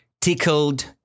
tickled